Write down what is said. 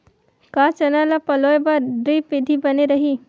का चना ल पलोय बर ड्रिप विधी बने रही?